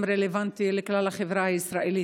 רלוונטי גם לכלל החברה הישראלית,